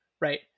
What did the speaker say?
right